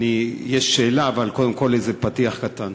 יש שאלה אבל קודם כול פתיח קטן.